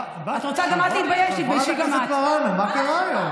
חלאס כבר עם, תתבייש.